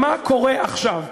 "מה קורה עכשיו",